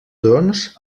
doncs